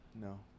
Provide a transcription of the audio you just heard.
No